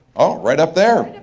oh, right up there.